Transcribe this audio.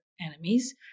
enemies